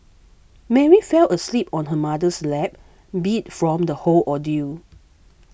Mary fell asleep on her mother's lap beat from the whole ordeal